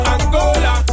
Angola